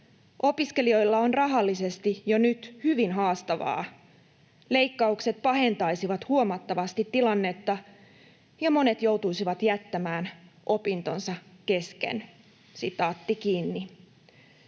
Opiskelijoilla on rahallisesti jo nyt hyvin haastavaa. Leikkaukset pahentaisivat huomattavasti tilannetta, ja monet joutuisivat jättämään opintonsa kesken.” ”Tilanne